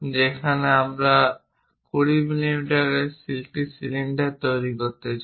যেখানে আমরা 20 মিমি এর একটি সিলিন্ডার তৈরি করতে চাই